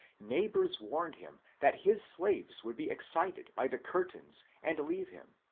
neighbours warned him that his slaves would be excited by the curtains and leave him,